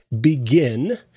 begin